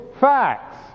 facts